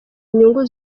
nyungu